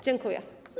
Dziękuję.